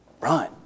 Run